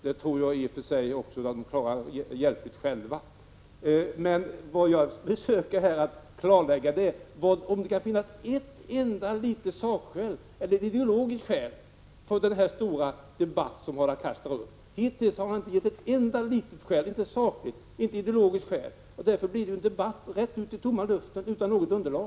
Jag tror att statsråd i och för sig själv klarar detta hjälpligt. Vad jag här försöker klarlägga är om det kan finnas ett enda sakligt eller ideologiskt skäl för denna stora debatt som Hadar Cars nu drar i gång. Han har hittills inte gett ett enda litet skäl, varken sakligt eller ideologiskt. Därför kommer ju debatten att föras rätt ut i tomma luften, utan något underlag.